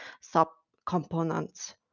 sub-components